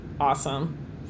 Awesome